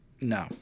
no